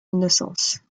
innocence